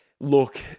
Look